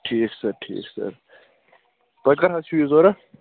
ٹھیٖک سَر ٹھیٖک سَر تۄہہِ کر حظ چھُو یہِ ضوٚرَتھ